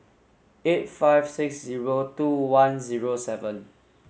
eight five six zero two one zero seven